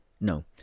No